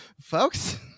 folks